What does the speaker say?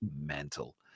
mental